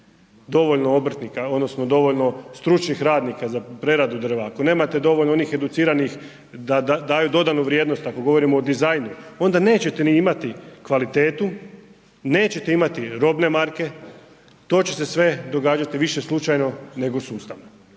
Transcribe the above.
dovoljno obrtnika odnosno dovoljno stručnih radnika za preradu drva, ako nemate dovoljno onih educiranih da daju dodanu vrijednost ako govorimo o dizajnu onda nećete ni imati kvalitetu, neće imati robne marke to će se sve događati više slučajno nego sustavno